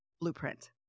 blueprint